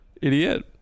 idiot